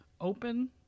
open